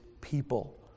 people